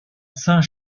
saint